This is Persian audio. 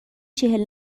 چهل